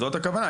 זאת הכוונה.